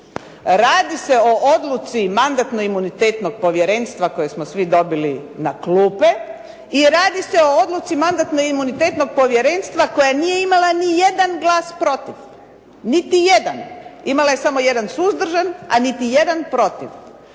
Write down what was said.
radi se o odluci Mandatno-imunitetnog povjerenstva koju smo svi dobili na klupe i radi se o odluci Mandatno-imunitetnog povjerenstva koja nije imala nijedan glas protiv. Niti jedan. Imala je samo jedan suzdržan, a niti jedan protiv.